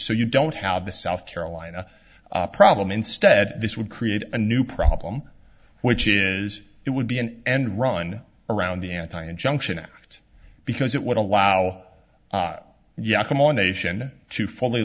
so you don't have the south carolina problem instead this would create a new problem which is it would be an end run around the anti injunction act because it would allow yeah come on nation to fully